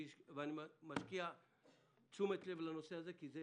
ואני מקדיש תשומת לב לנושא הזה כי זה